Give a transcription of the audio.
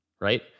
right